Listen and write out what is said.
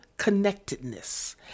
connectedness